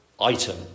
item